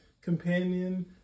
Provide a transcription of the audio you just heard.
companion